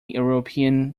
european